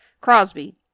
Crosby